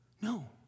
No